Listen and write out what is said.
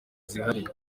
zihariye